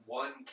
one